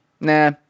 nah